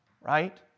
right